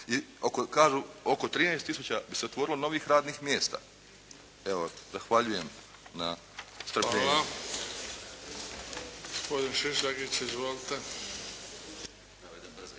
kažu oko 13 tisuća bi se otvorilo novih radnih mjesta. Zahvaljujem na strpljenju.